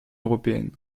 européenne